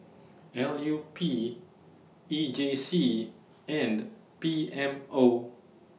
L U P E J C and P M O